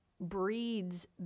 breeds